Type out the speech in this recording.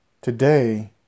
Today